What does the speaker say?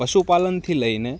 પશુપાલનથી લઈને